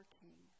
king